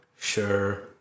Sure